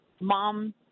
mom